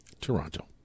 Toronto